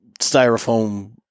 styrofoam